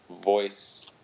voice